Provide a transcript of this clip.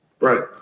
Right